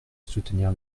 soutenir